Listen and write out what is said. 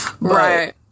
right